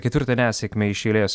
ketvirtą nesėkmę iš eilės